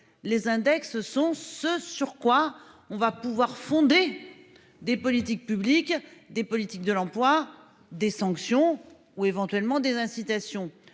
les index sont ce sur quoi on va pouvoir fonder. Des politiques publiques des politiques de l'emploi des sanctions ou éventuellement des incitations,